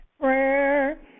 prayer